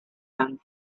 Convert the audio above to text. and